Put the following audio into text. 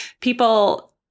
people